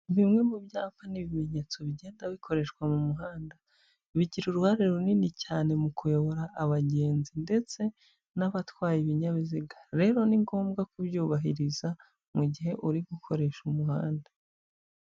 Bimwe mu byapa n'ibimenyetso bigenda bikoreshwa mu muhanda, bigira uruhare runini cyane mu kuyobora abagenzi ndetse n'abatwaye ibinyabiziga. Rero ni ngombwa kubyubahiriza mu gihe uri gukoresha umuhanda.